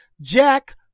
Jack